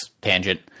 tangent